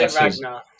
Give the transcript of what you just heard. ragnar